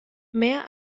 mehr